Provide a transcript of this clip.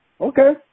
Okay